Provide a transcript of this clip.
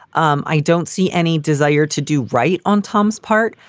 um i don't see any desire to do right on tom's part.